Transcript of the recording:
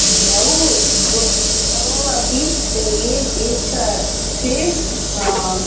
द्वौ द्वौ अपि एक एक सेम्